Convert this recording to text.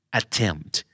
attempt